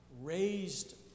raised